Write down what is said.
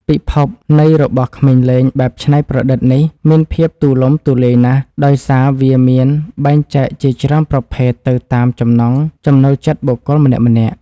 ពិភពនៃរបស់ក្មេងលេងបែបច្នៃប្រឌិតនេះមានភាពទូលំទូលាយណាស់ដោយសារវាមានបែងចែកជាច្រើនប្រភេទទៅតាមចំណង់ចំណូលចិត្តបុគ្គលម្នាក់ៗ។